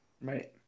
Right